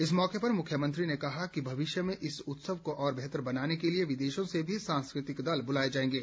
इस मौके पर मुख्यमंत्री ने कहा कि भविष्य में इस उत्सव को और बेहतर बनाने के लिए विदेशों से भी सांस्कृतिक दल बुलाए जाएंगे